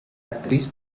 actriz